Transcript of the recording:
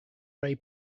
ray